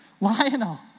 Lionel